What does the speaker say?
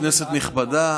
כנסת נכבדה,